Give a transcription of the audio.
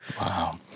wow